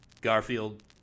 Garfield